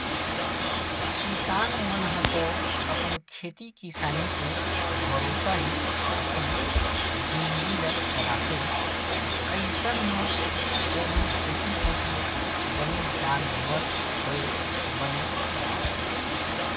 किसान मन ह तो अपन खेती किसानी के भरोसा ही अपन जिनगी ल चलाथे अइसन म ओमन खेती कोती बने धियान देवत होय बने कमाथे